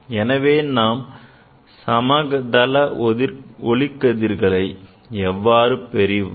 எனவே நாம் சமதள கதிர்களை எவ்வாறு பெறுவது